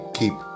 keep